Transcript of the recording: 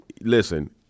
Listen